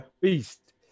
Beast